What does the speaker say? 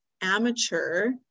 amateur